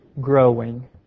growing